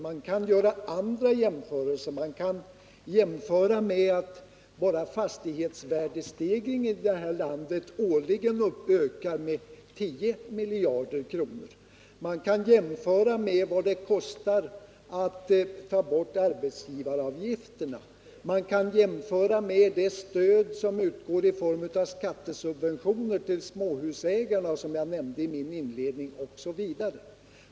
Man kan göra andra jämförelser. Man kan jämföra med att bara fastighetsvärdestegringen i vårt land årligen ökar med 10 miljarder kronor. Man kan jämföra med vad det kostar att ta bort arbetsgivaravgifterna. Man kan jämföra med det stöd som utgår i form av skattesubventioner till småhusägarna, som jag nämnde i min inledning, osv.